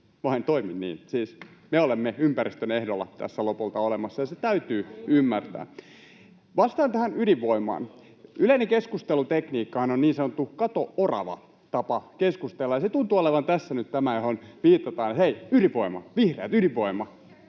me olemme ympäristön ehdoilla tässä lopulta olemassa, ja se täytyy ymmärtää. Vastaan tähän ydinvoimaan. Yleinen keskustelutekniikkahan on niin sanottu ”kato, orava” -tapa keskustella. Se tuntuu olevan tässä nyt tämä, johon viitataan: ”Hei, ydinvoima, vihreät, ydinvoima!”